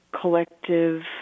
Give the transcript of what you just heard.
collective